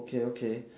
okay okay